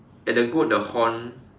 at the goat the horn